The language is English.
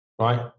right